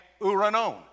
uranon